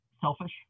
selfish